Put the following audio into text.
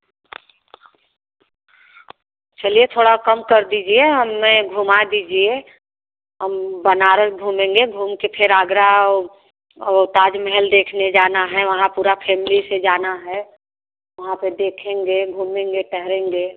चलिए थोड़ा कम कर दीजिए हमें घुमा दीजिए हम बनारस घूमेंगे घूम के फिर आगरा औ और ताज महल देखने जाना है वहाँ पूरा फेमिली से जाना है वहाँ पर देखेंगे घूमेंगे टहेलेंगे